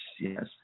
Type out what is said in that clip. Yes